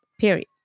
period